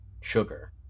sugar